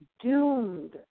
doomed